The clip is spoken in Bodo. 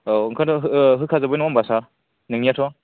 औ ओंखायनोथ' होखाजोब्बाय नङा होनबा सार नोंनियाथ'